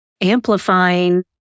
amplifying